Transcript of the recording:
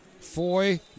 Foy